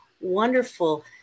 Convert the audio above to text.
wonderful